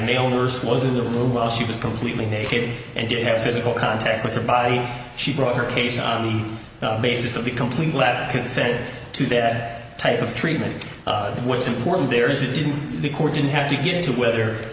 owners was in the room while she was completely naked and did their physical contact with her body she brought her case on the basis of the complete lack of consent to that type of treatment what's important there is it didn't the court didn't have to get into whether